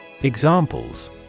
Examples